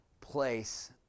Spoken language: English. place